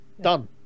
done